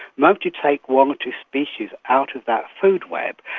once you take one or two species out of that food web,